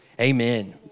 amen